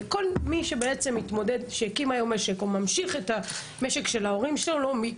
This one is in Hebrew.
כל מי שבעצם הקיום היום משק או ממשיך את המשק של ההורים שלו מתמודד,